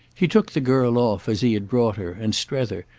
he took the girl off as he had brought her, and strether,